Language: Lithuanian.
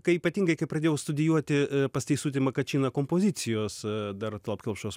kai ypatingai kai pradėjau studijuoti pas teisutį makačiną kompozicijos dar tallat kelpšos